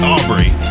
Aubrey